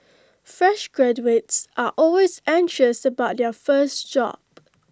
fresh graduates are always anxious about their first job